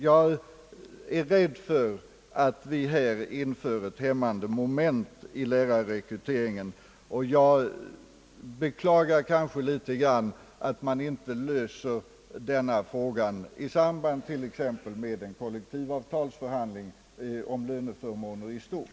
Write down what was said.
Jag är rädd för att vi här inför ett hämmande moment i lärarrekryteringen, och jag beklagar att man inte löst denna fråga i samband med t.ex. en kollektivavtalsförhandling om löneförmåner i stort.